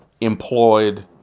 employed